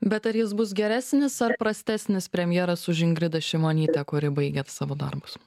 bet ar jis bus geresnis prastesnis premjeras už ingridą šimonytę kuri baigė savo darbus